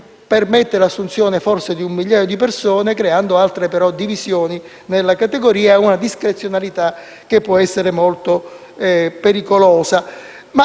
permette l'assunzione forse di un migliaio di persone, creando però altre divisioni nella categoria e una discrezionalità che può essere molto pericolosa.